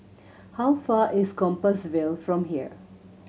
how far is Compassvale from here